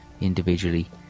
individually